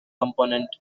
component